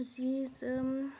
जि जोम